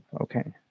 Okay